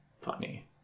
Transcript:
funny